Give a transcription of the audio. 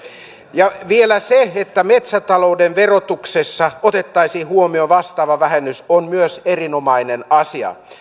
ja vielä se että metsätalouden verotuksessa otettaisiin huomioon vastaava vähennys on myös erinomainen asia